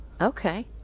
Okay